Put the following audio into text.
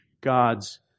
God's